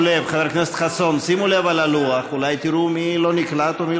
של חבר הכנסת חיים ילין לפני סעיף 1 לא נתקבלה.